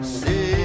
see